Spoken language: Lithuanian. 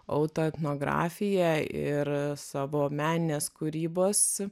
autoetnografija ir savo meninės kūrybos